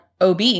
OB